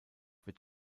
wird